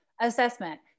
Assessment